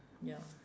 ya